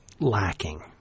Lacking